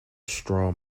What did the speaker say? straw